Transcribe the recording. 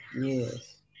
Yes